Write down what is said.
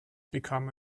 become